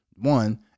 One